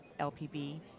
LPB